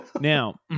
Now